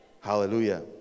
Hallelujah